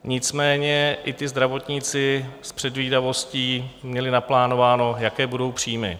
Nicméně i ti zdravotníci s předvídavostí měli naplánováno, jaké budou příjmy.